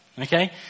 Okay